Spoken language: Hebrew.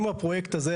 אם הפרויקט הזה,